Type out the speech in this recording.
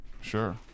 Sure